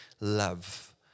love